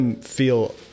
feel